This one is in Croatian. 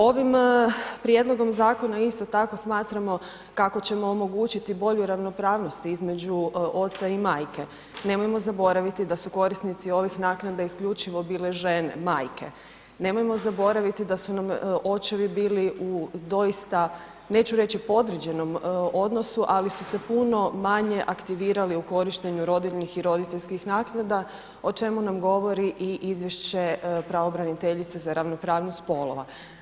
Ovim prijedlogom zakona isto tako smatramo kako ćemo omogućiti bolju ravnopravnost između oca i majke, nemojmo zaboraviti da su korisnici ovih naknada isključivo bile žene majke, nemojmo zaboraviti da su nam očevi bili u doista, neću reći podređenom odnosu, ali su se puno manje aktivirali u korištenju rodiljnih i roditeljskih naknada o čemu nam govori i izvješće pravobraniteljice za ravnopravnost spolova.